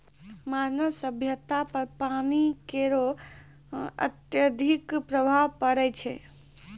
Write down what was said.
मानव सभ्यता पर पानी केरो अत्यधिक प्रभाव पड़ै छै